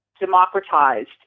democratized